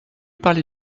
parler